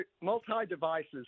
Multi-devices